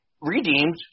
Redeemed